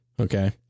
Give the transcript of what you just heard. Okay